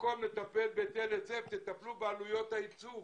במקום לטפל בהיטל היצף תטפלו בעלויות הייצור,